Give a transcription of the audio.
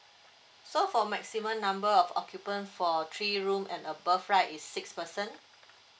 so for maximum number of occupant for three room and above right is six person